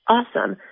Awesome